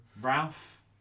Ralph